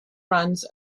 runs